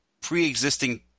pre-existing